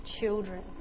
children